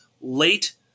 late